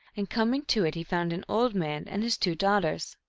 and coming to it he found an old man and his two daughters.